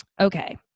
Okay